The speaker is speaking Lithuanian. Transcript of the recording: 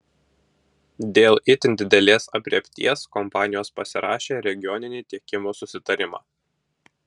dėl itin didelės aprėpties kompanijos pasirašė regioninį tiekimo susitarimą